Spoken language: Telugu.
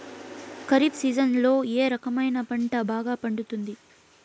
ఖరీఫ్ సీజన్లలో ఏ రకం పంట బాగా పండుతుంది